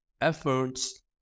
efforts